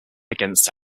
against